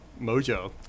mojo